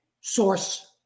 source